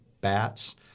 bats